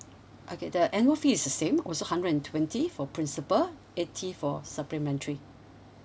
okay the annual fee is the same also hundred and twenty for principal eighty for supplementary